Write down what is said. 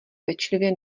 pečlivě